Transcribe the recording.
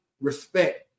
respect